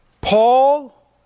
Paul